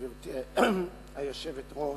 גברתי היושבת-ראש,